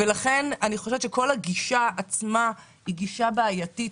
ולכן אני חושבת שהגישה הזאת היא גישה בעייתית,